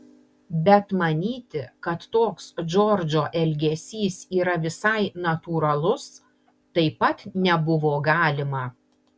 bet manyti kad toks džordžo elgesys yra visai natūralus taip pat nebuvo galima